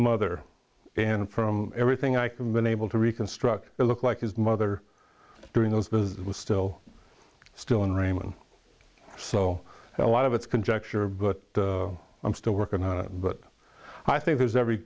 mother and from everything i can been able to reconstruct it looked like his mother during those visit was still still in rayman so a lot of it's conjecture but i'm still working on it but i think there's ever